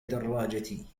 دراجتي